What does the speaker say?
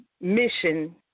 mission